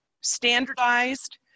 standardized